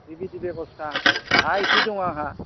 बेबायदि बेब'स्था हा इसे दङ आंहा